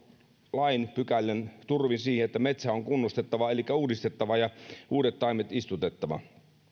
lain pykälän turvin siihen että metsä on kunnostettava elikkä uudistettava ja uudet taimet istutettava